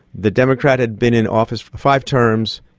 the democrat had been in office for five terms,